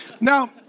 Now